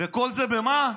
וכל זה במה?